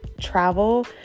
travel